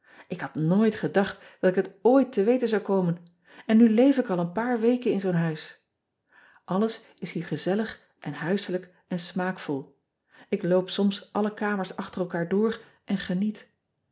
k had nooit gedacht dat ik het ooit te weten zou komen en nu leef ik al een paar weken in zoo n huis lles is hier gezellig en huiselijk en smaakvol k loop soms alle kamers achter elkaar door en geniet